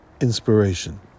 inspiration